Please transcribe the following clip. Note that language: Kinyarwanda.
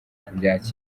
kubyakira